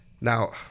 Now